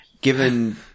given